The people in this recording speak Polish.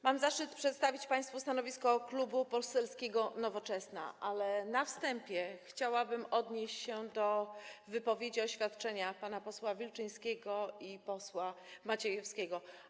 Mam zaszczyt przedstawić państwu stanowisko Klubu Poselskiego Nowoczesna, ale na wstępie chciałabym odnieść się do wypowiedzi, oświadczeń panów posłów Wilczyńskiego i Maciejewskiego.